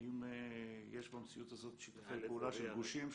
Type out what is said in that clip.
האם יש במציאות הזאת שיתופי פעולה של גושים,